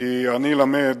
כי אני למד